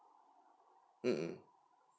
mm mm